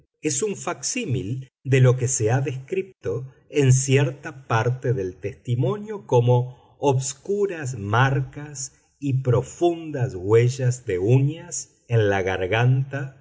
es un facsímile de lo que se ha descrito en cierta parte del testimonio como obscuras marcas y profundas huellas de uñas en la garganta